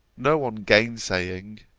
no one gainsaying,